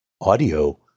Audio